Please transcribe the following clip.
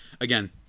again